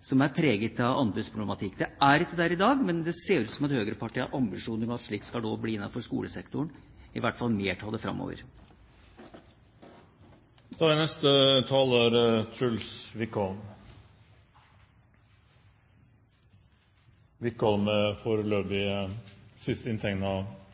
som er preget av anbudsproblematikk. Det er ikke der i dag, men det ser ut som om høyrepartiene har ambisjoner om at det skal bli slik også i skolesektoren – i alle fall mer av